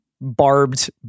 barbed